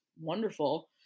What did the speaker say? wonderful